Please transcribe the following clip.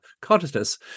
consciousness